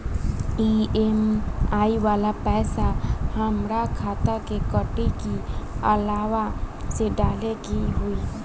EMI वाला पैसा हाम्रा खाता से कटी की अलावा से डाले के होई?